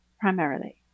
primarily